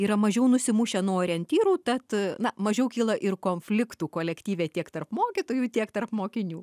yra mažiau nusimušę nuo orientyrų tad na mažiau kyla ir konfliktų kolektyve tiek tarp mokytojų tiek tarp mokinių